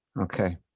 Okay